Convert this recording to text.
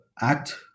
Act